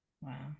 Wow